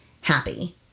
happy